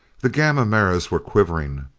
the gamma mirrors were quivering!